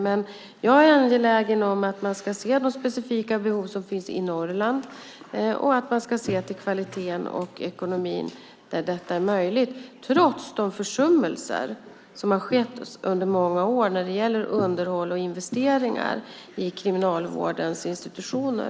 Men jag är angelägen om att man ska se de specifika behov som finns i Norrland och att man ska se till kvaliteten och ekonomin där detta är möjligt trots de försummelser som har skett under många år när det gäller underhåll och investeringar i Kriminalvårdens institutioner.